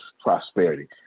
prosperity